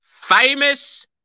famous